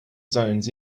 zones